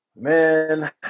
Man